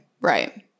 right